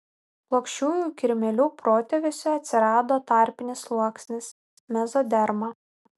plokščiųjų kirmėlių protėviuose atsirado tarpinis sluoksnis mezoderma